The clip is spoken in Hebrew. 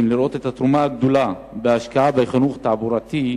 לראות את התרומה הגדולה בהשקעה בחינוך תעבורתי,